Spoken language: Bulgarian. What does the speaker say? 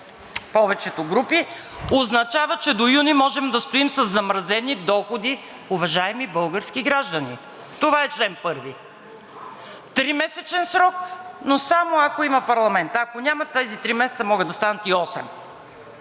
повечето групи, означава, че до юни можем да стоим със замразени доходи, уважаеми български граждани. Това е чл. 1. Тримесечен срок, но само ако има парламент. Ако няма, тези три месеца могат да станат и осем.